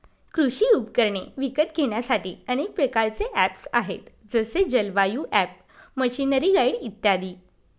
कृषी उपकरणे विकत घेण्यासाठी अनेक प्रकारचे ऍप्स आहेत जसे जलवायु ॲप, मशीनरीगाईड इत्यादी